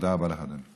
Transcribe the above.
תודה רבה לך, אדוני.